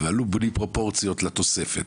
ועלו בלי פרופורציות לתוספת.